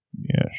Yes